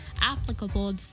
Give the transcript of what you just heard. applicable